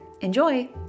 Enjoy